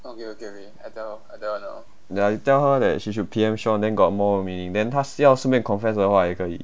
ya you tell her that she should P_M sean then got more meaning then 是要顺便 confess 的话也可以